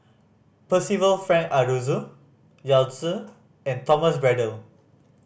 Percival Frank Aroozoo Yao Zi and Thomas Braddell